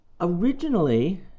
originally